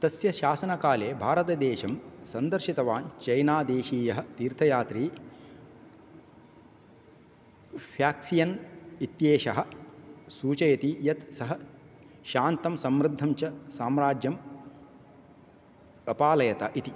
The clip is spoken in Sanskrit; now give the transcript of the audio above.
तस्य शासनकाले भारतदेशं सन्दर्शितवान् चैनादेशीयः तीर्थयात्री फ्याक्सियन् इत्येषः सूचयति यत् सः शान्तं समृद्धं च साम्राज्यम् अपालयत इति